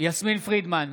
יסמין פרידמן,